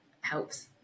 helps